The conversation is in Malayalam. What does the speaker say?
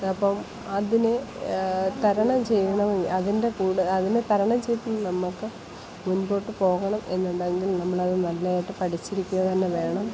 അപ്പം അതിന് തരണം ചെയ്യണമെങ്കിൽ അതിൻറ്റെ കൂടെ അതിനെ തരണം ചെയ്ത് നമുക്ക് മുൻപോട്ടു പോകണം എന്നുണ്ടെങ്കിൽ നമ്മളത് നല്ലതായിട്ടു പഠിച്ചിരിക്കുക തന്നെ വേണം